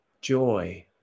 joy